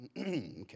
Okay